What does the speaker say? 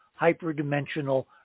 hyperdimensional